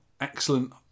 excellent